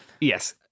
yes